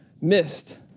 missed